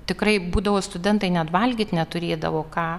tikrai būdavo studentai net valgyt neturėdavo ką